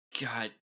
god